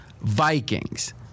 Vikings